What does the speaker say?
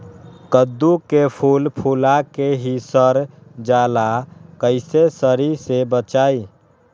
कददु के फूल फुला के ही सर जाला कइसे सरी से बचाई?